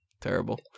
Terrible